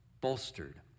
bolstered